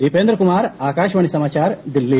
दीपेंद्र कुमार आकाशवाणी समाचार दिल्ली